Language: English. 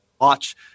watch